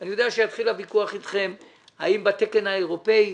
אני יודע שיתחיל הוויכוח אתכם האם בתקן האירופאי